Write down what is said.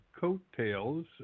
coattails